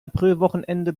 aprilwochenende